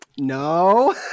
No